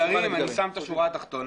אני שם את השורה התחתונה.